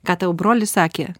ką tau brolis sakė